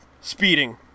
speeding